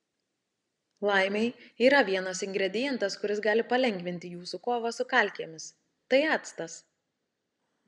laimei yra vienas ingredientas kuris gali palengvinti jūsų kovą su kalkėmis tai actas